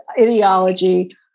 ideology